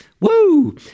Woo